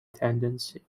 tendency